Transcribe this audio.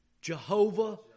Jehovah